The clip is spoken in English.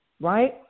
right